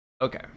okay